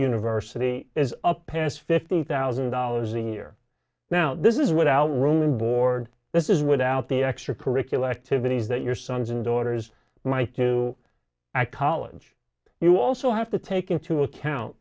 university is up past fifty thousand dollars a year now this is without room and board this is without the extra curricular activities that your sons and daughters might do at college you also have to take into account